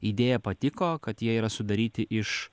idėja patiko kad jie yra sudaryti iš